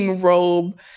robe